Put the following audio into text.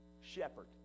shepherd